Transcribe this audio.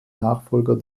nachfolger